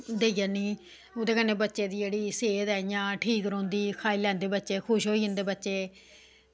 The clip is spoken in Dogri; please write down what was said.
देई आनी ते ओह्दे नै बच्चें दी जेह्ड़ी सेह्त ऐ इंया ठीक रौहंदी ते खाई लैंदे बच्चे खुश होई जंदे बच्चे